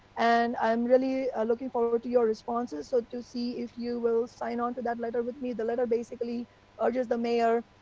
and i am really looking forward to your responses, so to see if you will sign onto that with me, the letter basically urges the mayor,